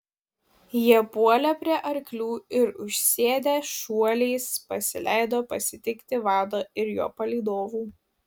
jie puolė prie arklių ir užsėdę šuoliais pasileido pasitikti vado ir jo palydovų